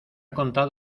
contado